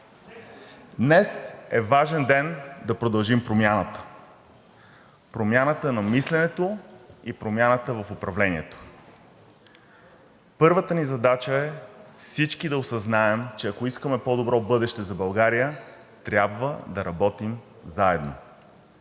Днес е важен ден да продължим промяната – промяната на мисленето и промяната в управлението. Първата ни задача е всички да осъзнаем, че ако искаме по-добро бъдеще за България, трябва да работим заедно.